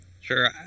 Sure